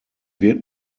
wird